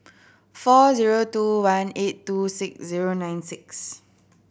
four zero two one eight two six zero nine six